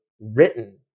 written